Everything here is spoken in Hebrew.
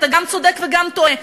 אתה גם צודק וגם טועה,